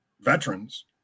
veterans